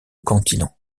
continent